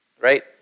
right